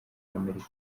amerika